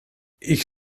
ich